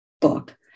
book